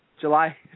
July